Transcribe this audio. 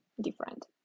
different